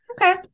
okay